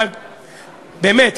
באמת,